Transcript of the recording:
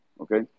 okay